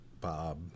Bob